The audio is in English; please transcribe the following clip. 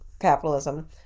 capitalism